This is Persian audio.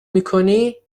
میکنی